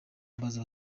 mbaza